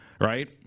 right